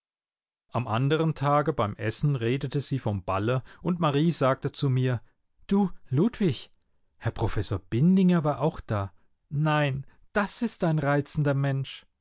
am andern tage beim essen redete sie vom balle und marie sagte zu mir du ludwig herr professor bindinger war auch da nein das ist ein reizender mensch